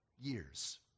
years